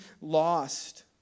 lost